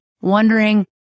wondering